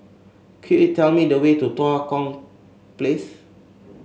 could you tell me the way to Tua Kong Place